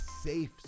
safe